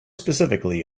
specifically